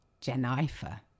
Jennifer